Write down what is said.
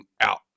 out